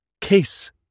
Case